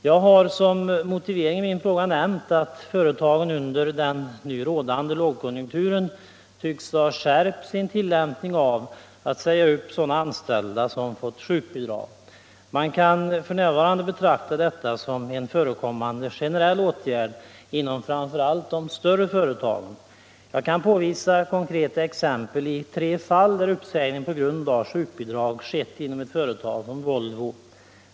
Jag har som motivering i min fråga nämnt att företagen under den nu rådande lågkonjunkturen tycks öka uppsägningarna av sådana anställda som fått sjukbidrag. Man kan f. n. betrakta detta som en generellt förekommande åtgärd inom framför allt de större företagen. Jag kan påvisa tre konkreta exempel på att uppsägning i ett företag som Volvo har skett på grund av att en person fått sjukbidrag.